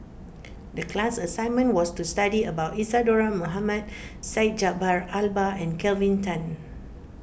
the class assignment was to study about Isadhora Mohamed Syed Jaafar Albar and Kelvin Tan